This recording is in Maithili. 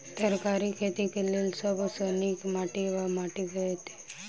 तरकारीक खेती केँ लेल सब सऽ नीक केँ माटि वा माटि हेतै?